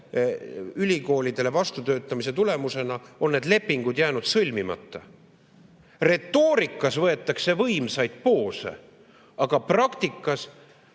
ülikoolidele vastutöötamise tulemusena on need lepingud jäänud sõlmimata. Retoorikas võetakse võimsaid poose, aga praktikas